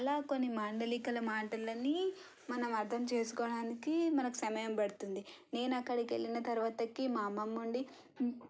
అలా కొన్ని మాండలికాల మాటలన్నీ మనం అర్థం చేసుకోవడానికి మనకు సమయం పడుతుంది నేను అక్కడికి వెళ్ళిన తరువాతకి మా అమ్మమ్మ ఉండి